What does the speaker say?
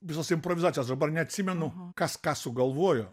visos improvizacijos aš dabar neatsimenu kas ką sugalvojo